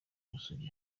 ubusugi